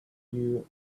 you